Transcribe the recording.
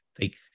take